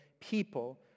people